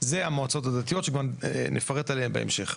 אלו המועצות הדתיות שנפרט עליהן בהמשך.